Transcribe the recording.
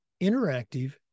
interactive